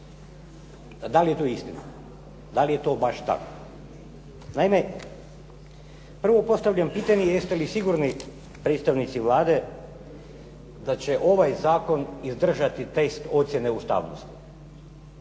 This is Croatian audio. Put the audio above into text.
Da li je to istina? Da li je to baš tako? Naime, prvo postavljam pitanje jeste li sigurni, predstavnici Vlade, da će ovaj zakon izdržati test ocjene ustavnosti?